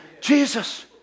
Jesus